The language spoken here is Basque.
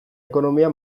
ekonomia